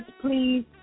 Please